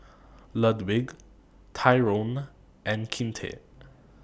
Ludwig Tyrone and Kinte